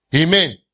Amen